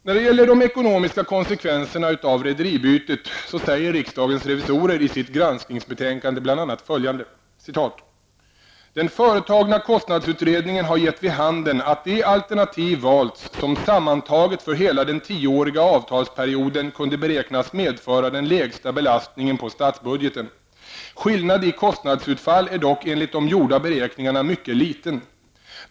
När det gäller de ekonomiska konsekvenserna av rederibytet säger riksdagens revisorer i sitt granskningsbetänkande bl.a. följande: ''Den företagna kostnadsutredningen har gett vid handen att det alternativ valts som sammantaget för hela den tioåriga avtalsperioden kunde beräknas medföra den lägsta belastningen på statsbudgeten. Skillnaden i kostnadsutfall är dock enligt de gjorda beräkningarna mycket liten.